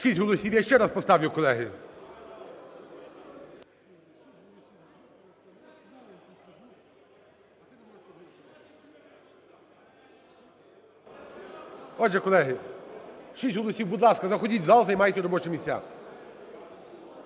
Шість голосів. Я ще раз поставлю, колеги. Отже, колеги, шість голосів. Будь ласка, заходіть в зал, займайте робочі місця.